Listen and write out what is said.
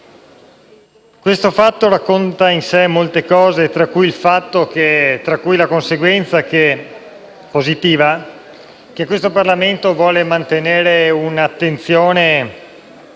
Questo fatto contiene in sé molte cose, tra cui la conseguenza positiva che il Parlamento vuole mantenere un'attenzione